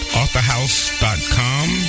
authorhouse.com